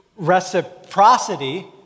Reciprocity